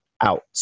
out